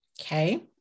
Okay